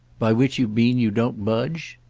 by which you mean you don't budge?